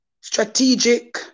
strategic